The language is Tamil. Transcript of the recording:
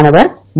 மாணவர் 3